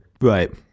Right